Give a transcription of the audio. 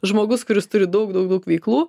žmogus kuris turi daug daug daug veiklų